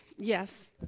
Yes